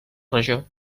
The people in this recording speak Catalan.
regió